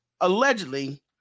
allegedly